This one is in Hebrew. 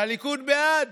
והליכוד בעד.